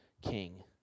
king